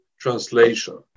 translation